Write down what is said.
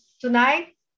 tonight